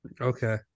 Okay